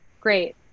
Great